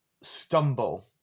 stumble